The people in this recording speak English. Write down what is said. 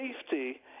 safety